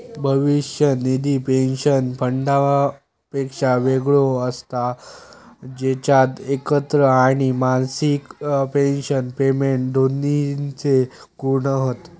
भविष्य निधी पेंशन फंडापेक्षा वेगळो असता जेच्यात एकत्र आणि मासिक पेंशन पेमेंट दोन्हिंचे गुण हत